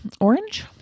Orange